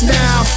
now